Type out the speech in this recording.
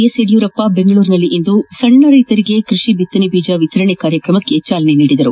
S Yediyurappa ದೆಂಗಳೂರಿನಲ್ಲಿಂದು ಸಣ್ಣ ರೈತರಿಗೆ ಕೈಷಿ ಬಿತ್ತನೆ ಬೀಜ ವಿತರಣೆ ಕಾರ್ಯಕ್ರಮಕ್ಷೆ ಚಾಲನೆ ನೀಡಿದರು